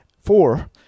four